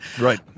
Right